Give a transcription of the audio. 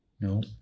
No